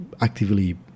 actively